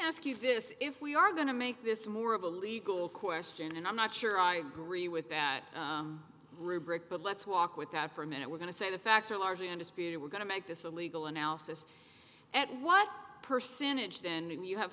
ask you this if we are going to make this more of a legal question and i'm not sure i agree with that rubric but let's walk with that for a minute we're going to say the facts are largely undisputed we're going to make this a legal analysis at what percentage then you have